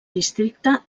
districte